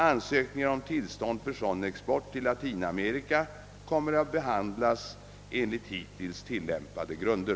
Ansökningar om tillstånd för sådan export till Latinamerika kommer att behandlas enligt hittills tillämpade grunder.